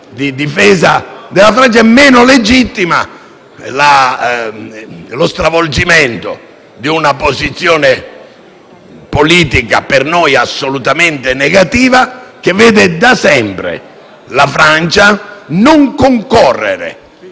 in difesa della Francia; meno legittimo è lo stravolgimento di una posizione politica, per noi assolutamente negativa, che vede da sempre la Francia non concorrere